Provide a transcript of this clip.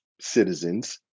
citizens